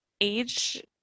age